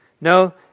No